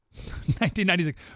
1996